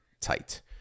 tight